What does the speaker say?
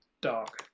dog